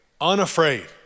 unafraid